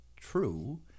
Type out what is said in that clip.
true